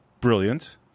brilliant